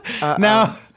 now